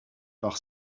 par